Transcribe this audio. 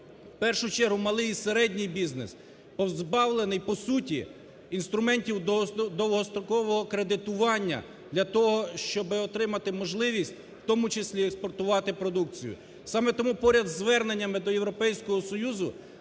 першу чергу малий і середній бізнес, позбавлений по суті інструментів довгострокового кредитування для того, щоб отримати можливість, в тому числі експортувати продукцію. Саме тому поряд із зверненнями до Європейського Союзу